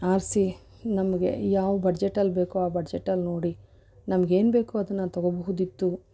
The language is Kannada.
ಆರಿಸಿ ನಮಗೆ ಯಾವ ಬಡ್ಜೆಟಲ್ಲಿ ಬೇಕೋ ಆ ಬಡ್ಜೆಟಲ್ಲಿ ನೋಡಿ ನಮಗೆ ಏನು ಬೇಕೋ ಅದನ್ನು ತೊಗೊಳ್ಬಹುದಿತ್ತು